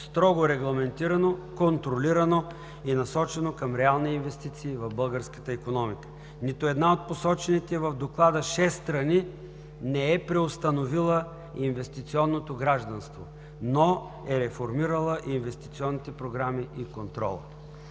строго регламентирано, контролирано и насочено към реални инвестиции в българската икономика. Нито една от посочените в доклада шест страни не е преустановила инвестиционното гражданство, но е реформирала инвестиционните програми и контрола.